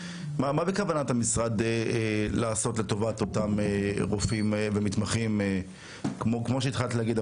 מה בכוונת המשרד לעשות לטובת אותם רופאים ומתמחים כמו שהתחלת להגיד,